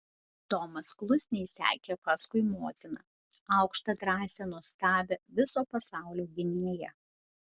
tomas klusniai sekė paskui motiną aukštą drąsią nuostabią viso pasaulio gynėją